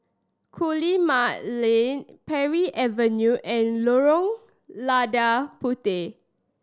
Guillemard Lane Parry Avenue and Lorong Lada Puteh